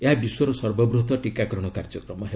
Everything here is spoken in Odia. ଏହା ବିଶ୍ୱର ସର୍ବବୃହତ୍ ଟୀକାକରଣ କାର୍ଯ୍ୟକ୍ରମ ହେବ